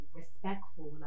respectful